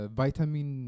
vitamin